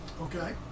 Okay